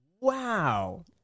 Wow